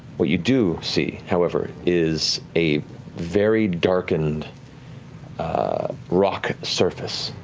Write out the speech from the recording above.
what you do see, however, is a varied, darkened rock surface